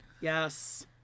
Yes